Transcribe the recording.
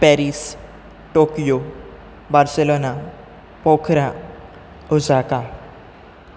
Paris Tokyo Barcelona Pokhara Osaka